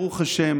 ברוך השם